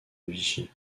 vichy